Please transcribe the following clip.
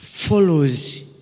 follows